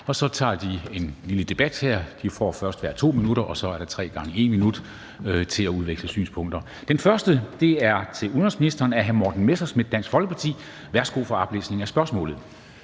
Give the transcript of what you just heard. og så tager vi en lille debat her. De får først hver 2 minutter, og så er der 3 gange 1 minut til at udveksle synspunkter. Det første spørgsmål er til udenrigsministeren af hr. Morten Messerschmidt, Dansk Folkeparti. Kl. 13:02 Spm.